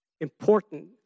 important